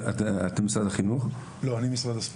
אני ממשרד הספורט.